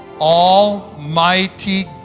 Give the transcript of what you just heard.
Almighty